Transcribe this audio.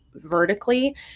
Vertically